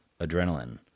adrenaline